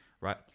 right